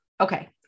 okay